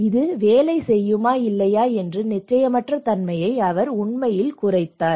இது வேலை செய்யுமா இல்லையா என்ற நிச்சயமற்ற தன்மையை அவர் உண்மையில் குறைத்தார்